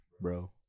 Bro